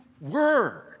word